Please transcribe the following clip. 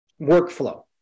workflow